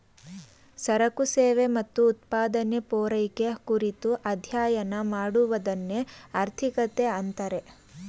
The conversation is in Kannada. ಸರಕು ಸೇವೆ ಮತ್ತು ಉತ್ಪಾದನೆ, ಪೂರೈಕೆ ಕುರಿತು ಅಧ್ಯಯನ ಮಾಡುವದನ್ನೆ ಆರ್ಥಿಕತೆ ಅಂತಾರೆ